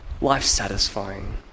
life-satisfying